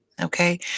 Okay